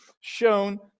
shown